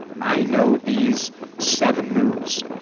i know these seven moves.